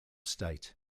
state